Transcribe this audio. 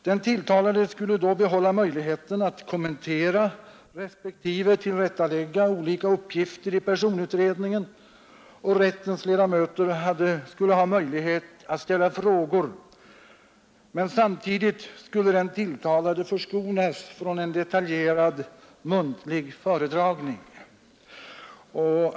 Den tilltalade skulle då behålla möjligheten att kommentera respektive tillrättalägga olika uppgifter i personutredningen, och rättens ledamöter skulle ha möjlighet att ställa frågor, men samtidigt skulle den tilltalade förskonas från en detaljerad muntlig föredragning.